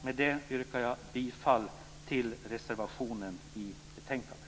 Med detta yrkar jag bifall till reservationen i betänkandet.